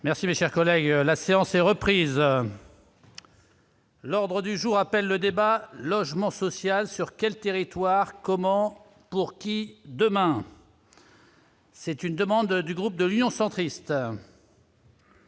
Merci, mes chers collègues, la séance est reprise. L'ordre du jour appelle le débat logement social sur quel territoire comment, pour qui demain. C'est une demande du groupe de l'Union centriste.